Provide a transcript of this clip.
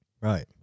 Right